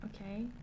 okay